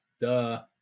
Duh